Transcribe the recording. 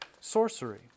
sorcery